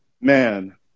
man